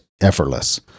effortless